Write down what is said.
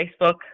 Facebook